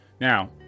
Now